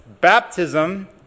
Baptism